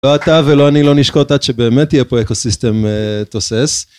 לא אתה ולא אני לא נשקוט עד שבאמת יהיה פה אקוסיסטם תוסס.